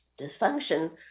dysfunction